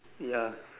ya